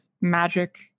magic